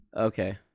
Okay